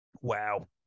wow